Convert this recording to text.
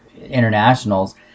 internationals